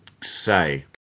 say